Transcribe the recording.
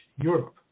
Europe